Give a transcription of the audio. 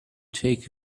take